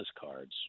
cards